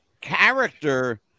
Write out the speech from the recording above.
character